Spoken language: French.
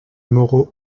moreau